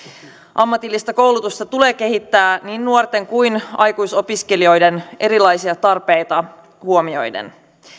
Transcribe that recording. ammatillista koulutusta tulee kehittää niin nuorten kuin aikuisopiskelijoiden erilaisia tarpeita huomioiden